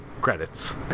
credits